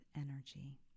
energy